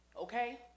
Okay